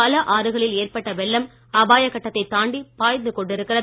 பல ஆறுகளில் ஏற்பட்ட வெள்ளம் அபாய கட்டத்தை தாண்டி பாய்ந்துகொண்டிருக்கிறது